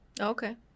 Okay